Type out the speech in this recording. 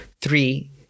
Three